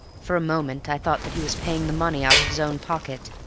for a moment i thought that he was paying the money out of his own pocket,